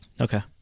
Okay